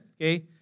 okay